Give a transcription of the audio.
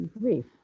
grief